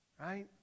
right